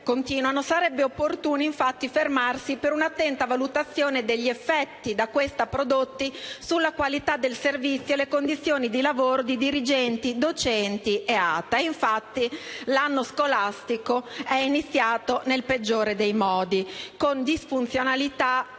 sarebbe opportuno fermarsi per un'attenta valutazione degli effetti da questa prodotti sulla qualità del servizio e le condizioni di lavoro di dirigenti, docenti e personale ATA. Infatti, l'anno scolastico è iniziato nel peggiore dei modi, con disfunzionalità e